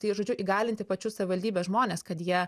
tai žodžiu įgalinti pačius savivaldybės žmones kad jie